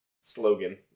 slogan